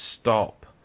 stop